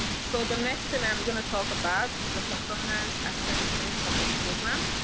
so the next thing i'm going to talk about is the performance assessments of the program.